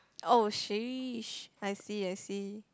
oh sheesh I see I see